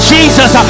Jesus